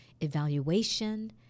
evaluation